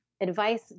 advice